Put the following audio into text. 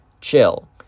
chill